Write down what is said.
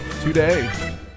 today